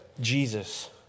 Jesus